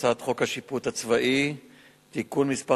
אנחנו עוברים לנושא הבא בסדר-היום: הצעת חוק השיפוט הצבאי (תיקון מס'